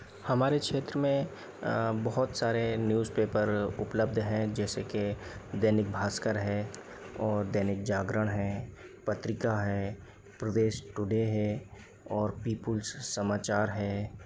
हमारे क्षेत्र मे बहुत सारे न्युज़ पेपर उपलब्ध हैं जैसे कि दैनिक भास्कर है और दैनिक जागरण है पत्रिका है प्रदेश टुडे है और पीपुल्स समाचार है